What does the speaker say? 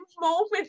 moment